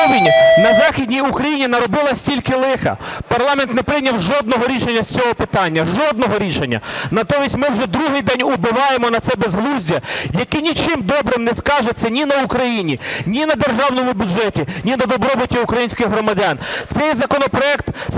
на західній Україні наробила стільки лиха, парламент не прийняв жодного рішення з цього питання, жодного рішення? Натомість, ми вже другий день убиваємо на це безглуздя, яке нічим добрим не скажеться ні на Україні, ні на державному бюджеті, ні на добробуті українських громадян. Цей законопроект спрямований